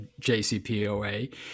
JCPOA